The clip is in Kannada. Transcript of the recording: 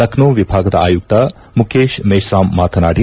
ಲಕ್ನೋ ವಿಭಾಗದ ಆಯುಕ್ತ ಮುಬೇಶ್ ಮೆಶ್ರಾಮ್ ಮಾತನಾಡಿ